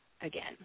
again